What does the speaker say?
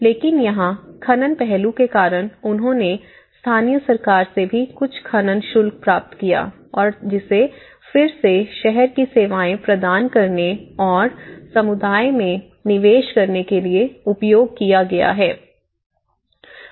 लेकिन यहां खनन पहलू के कारण उन्होंने स्थानीय सरकार से भी कुछ खनन शुल्क प्राप्त किया और जिसे फिर से शहर की सेवाएं प्रदान करने और समुदाय में निवेश करने के लिए उपयोग किया गया है